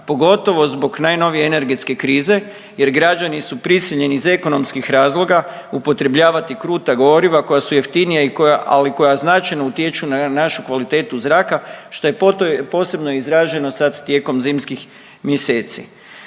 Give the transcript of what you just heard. pogotovo zbog najnovije energetske krize jer građani su prisiljeni iz ekonomskih razloga upotrebljavati kruta goriva koja su jeftinija, ali koja značajno utječu na našu kvalitetu zraka što je posebno izraženo sad tijekom zimskih mjeseci.